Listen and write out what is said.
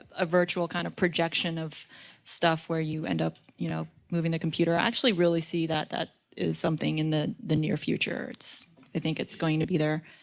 a virtual kind of projection of stuff where you end up, you know, moving a computer. i actually really see that that is something in the the near future. it's i think it's going to be there.